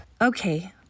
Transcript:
Okay